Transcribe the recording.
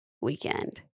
weekend